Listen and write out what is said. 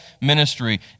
ministry